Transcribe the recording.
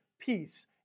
peace